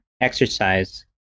exercise